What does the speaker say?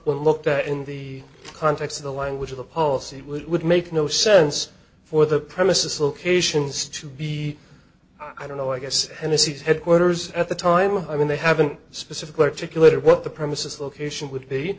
when looked at in the context of the language of the policy it would make no sense for the premises locations to be i don't know i guess and this is headquarters at the time i mean they haven't specifically or to kill it what the premises location would be